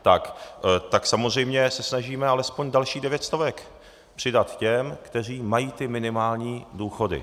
Tak se samozřejmě snažíme alespoň dalších devět stovek přidat těm, kteří mají ty minimální důchody.